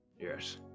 Yes